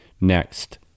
next